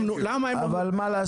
אבל מה לעשות,